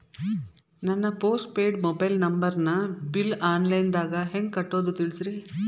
ನನ್ನ postpaid mobile ನಂಬರನ್ನು bill online ದಾಗ ಹೆಂಗ್ ಕಟ್ಟೋದು ತಿಳಿಸ್ರಿ